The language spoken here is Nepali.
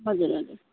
हजुर हजुर